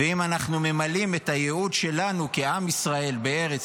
ואם אנחנו ממלאים את הייעוד שלנו כעם ישראל בארץ